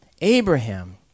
Abraham